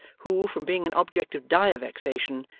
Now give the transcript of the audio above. who, from being an object of dire vexation,